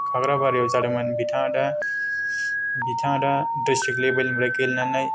खाग्राबारियाव जादोंमोन बिथाङा दा बिथाङा दा दिस्त्रिक लेबेलनिफ्राय गेलेनानै